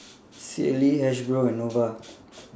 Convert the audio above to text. Sealy Hasbro and Nova